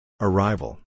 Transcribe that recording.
Arrival